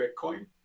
Bitcoin